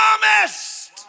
promised